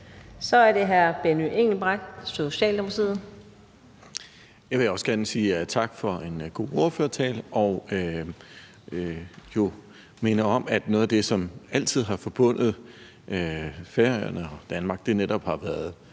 Kl. 13:58 Benny Engelbrecht (S): Jeg vil også gerne sige tak for en god ordførertale og jo minde om, at noget af det, som altid har forbundet Færøerne og Danmark, netop har været